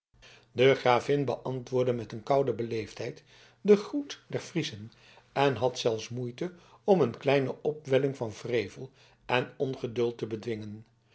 de gravin beantwoordde met eene koude beleefdheid den groet der friezen en had zelfs moeite om eene kleine opwelling van wrevel en ongeduld te bedwingen